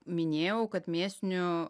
minėjau kad mėsinių